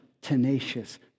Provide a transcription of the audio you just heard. tenacious